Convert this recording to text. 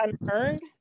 unearned